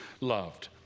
loved